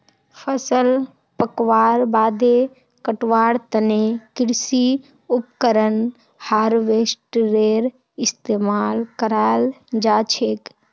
फसल पकवार बादे कटवार तने कृषि उपकरण हार्वेस्टरेर इस्तेमाल कराल जाछेक